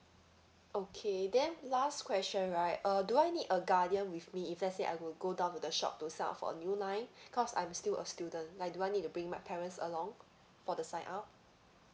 okay then last question right uh do I need a guardian with me if let's say I will go down to the shop to sign up for a new line cause I'm still a student like do I need to bring my parents along for the sign up